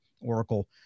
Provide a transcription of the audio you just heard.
Oracle